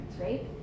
right